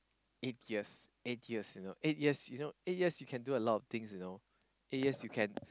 eight years eight years you know eight years you know eight years you can do a lot of things you know